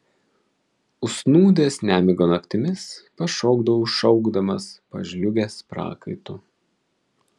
užsnūdęs nemigo naktimis pašokdavau šaukdamas pažliugęs prakaitu